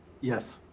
Yes